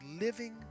living